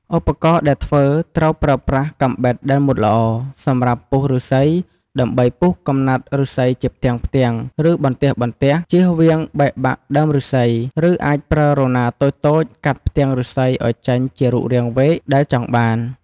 ឧបករណ៍ដែលធ្វើត្រូវប្រើប្រាស់កាំបិតដែលមុតល្អ សម្រាប់ពុះឫស្សីដើម្បីពុះកំណាត់ឫស្សីជាផ្ទាំងៗ ឬបន្ទះៗ ជៀសវាងបែកបាក់ដើមឬស្សី ឬអាចប្រើរណារតូចៗកាត់ផ្ទាំងឫស្សីឱ្យចេញជារូបរាងវែកដែលចង់បាន។